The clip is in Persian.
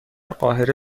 قاهره